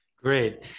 Great